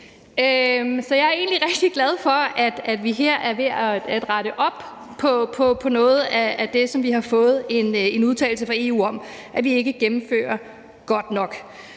egentlig rigtig glad for, at vi her er ved at rette op på noget af det, som vi har fået en udtalelse fra Europa-Kommissionen om, nemlig at vi